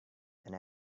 and